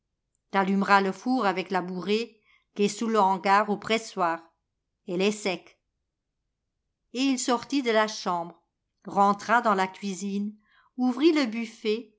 t'allumeras le four avec la bourrée qu'est sous l'hangar au pressoir elle est sèque et il sortit de la chambre rentra dans la cuisine ouvrit le buffet